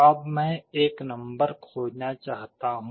अब मैं एक नंबर खोजना चाहता हूं